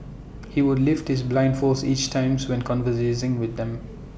he would lift his blinding foes each times when with them